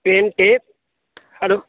pen tape hello